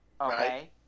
Okay